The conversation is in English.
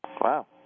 Wow